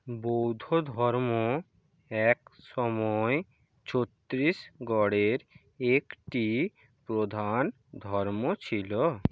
বৌদ্ধধর্ম এক সময় ছত্তিশগড়ের একটি প্রধান ধর্ম ছিল